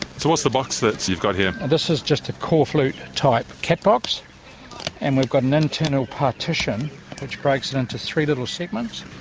so what's the box that you've got here? this is just a corflute type cat box and we've got an internal partition that breaks it into three little segments,